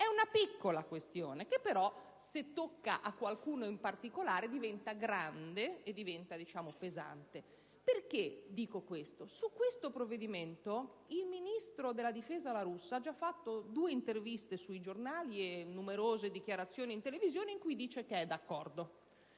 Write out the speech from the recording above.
È una piccola questione, che però se tocca a qualcuno in particolare diventa grande e pesante. Cito questo caso, perché sul provvedimento il ministro della difesa La Russa in due interviste sui giornali e in numerose dichiarazioni in televisione ha già detto che è d'accordo